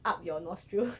up your nostril